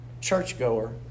churchgoer